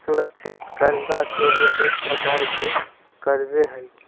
सुरक्षित करजा सेहो एक प्रकार के करजे हइ